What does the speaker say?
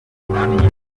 money